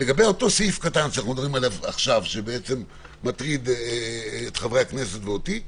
לגבי הסעיף הקטן שמטריד את חברי הכנסת ואותי,